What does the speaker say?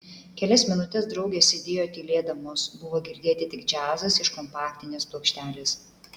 kelias minutes draugės sėdėjo tylėdamos buvo girdėti tik džiazas iš kompaktinės plokštelės